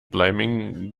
blaming